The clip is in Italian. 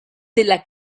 della